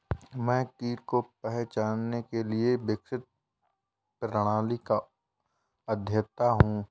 मैं कीट को पहचानने के लिए विकसित प्रणाली का अध्येता हूँ